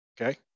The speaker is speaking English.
Okay